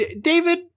David